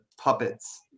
puppets